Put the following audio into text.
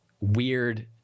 weird